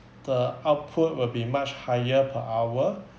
the output will be much higher per hour